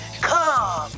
come